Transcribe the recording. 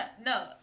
No